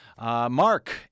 Mark